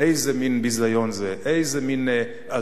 איזה מין ביזיון זה?